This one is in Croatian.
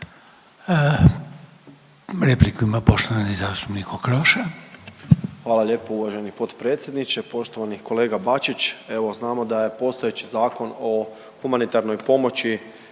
Repliku ima poštovani zastupnik Okroša.